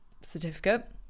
certificate